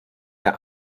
der